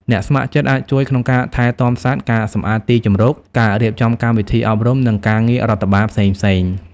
អ្នកស្ម័គ្រចិត្តអាចជួយក្នុងការថែទាំសត្វ ការសម្អាតទីជម្រក ការរៀបចំកម្មវិធីអប់រំ និងការងាររដ្ឋបាលផ្សេងៗ។